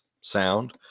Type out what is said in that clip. sound